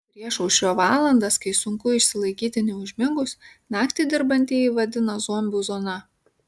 priešaušrio valandas kai sunku išsilaikyti neužmigus naktį dirbantieji vadina zombių zona